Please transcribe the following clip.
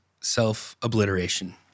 self-obliteration